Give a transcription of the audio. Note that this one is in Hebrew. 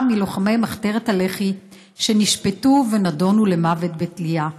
מלוחמי מחתרת הלח"י שנשפטו ונידונו למוות בתלייה.